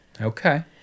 Okay